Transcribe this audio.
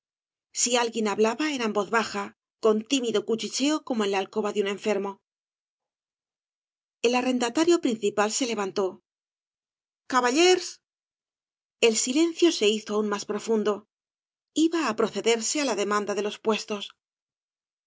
si alguien hablaba era en voz baja con tímido cuchicheo como en la alcoba de un enfermo el arrendatario principal se levantó gaballers el silencio se hizo aún más profundo iba á procederse á la demanda de los puestos a